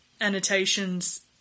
annotations